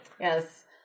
Yes